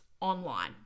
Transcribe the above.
online